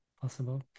possible